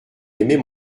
aimer